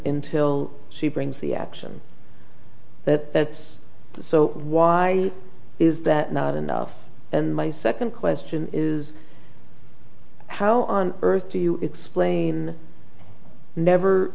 in till she brings the action that so why is that not enough and my second question is how on earth do you explain never